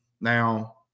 now